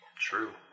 True